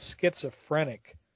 schizophrenic –